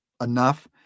enough